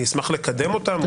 אני אשמח לקדם אותם,